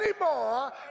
anymore